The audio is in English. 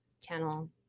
channel